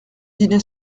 dîner